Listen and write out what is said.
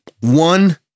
one